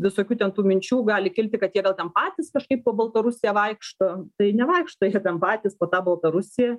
visokių ten tų minčių gali kilti kad tie gal ten patys kažkaip po baltarusiją vaikšto tai nevaikšto jie ten patys po tą baltarusiją